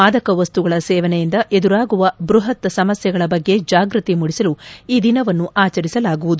ಮಾದಕವಸ್ತುಗಳ ಸೇವನೆಯಿಂದ ಎದುರಾಗುವ ಬೃಹತ್ ಸಮಸ್ಯೆಗಳ ಬಗ್ಗೆ ಜಾಗೃತಿ ಮೂಡಿಸಲು ಈ ದಿನವನ್ನು ಆಚರಿಸಲಾಗುವುದು